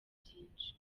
byinshi